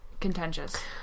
contentious